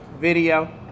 video